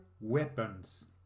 weapons